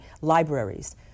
libraries